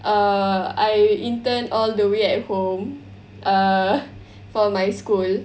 err I intern all the way at home err for my school